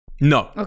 No